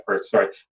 sorry